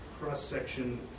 cross-section